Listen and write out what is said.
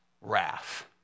wrath